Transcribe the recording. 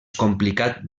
complicat